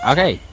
Okay